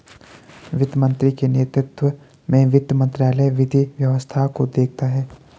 वित्त मंत्री के नेतृत्व में वित्त मंत्रालय विधि व्यवस्था को देखता है